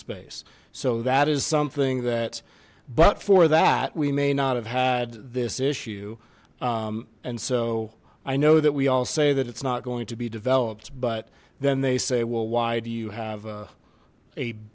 space so that is something that but for that we may not have had this issue and so i know that we all say that it's not going to be developed but then they say well why do you have a